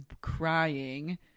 crying